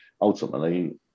ultimately